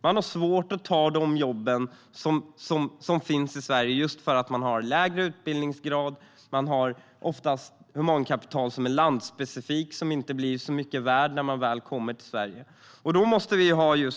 De har svårt att ta de jobb som finns i Sverige för att de har lägre utbildningsgrad och landspecifikt humankapital som inte är värt så mycket i Sverige. Det måste till